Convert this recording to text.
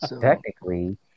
Technically